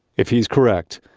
if he's correct,